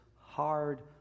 hard